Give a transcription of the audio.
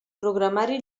programari